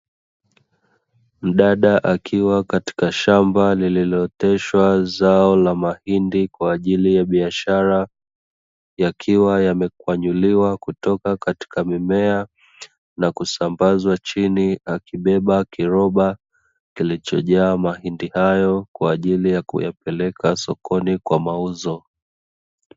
Mdada akiwa katika shamba lililooteshwa zao la mahindi kwa ajili ya biashara, yakiwa yamekwanyuliwa kutoka katika mimea na kusambazwa chini, akibeba kiroba kilichojaa mahindi hayo kwa ajili ya kuyapeleka sokoni kwa mauzo.